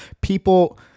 people